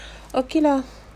okay lah